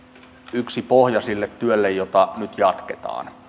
yksi pohja sille työlle jota nyt jatketaan